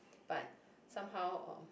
but somehow or